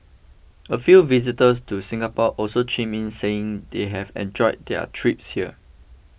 a few visitors to Singapore also chimed in saying they've enjoyed their trips here